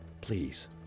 please